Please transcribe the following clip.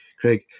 Craig